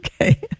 Okay